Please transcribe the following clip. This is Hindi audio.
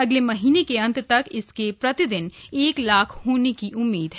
अगले महीने के अंत तक इसके प्रतिदिन एक लाख होने की आशा है